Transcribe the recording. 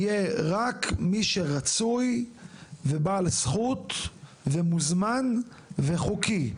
יהיה רק מי שרצוי ובעל זכות ומוזמן וחוקי.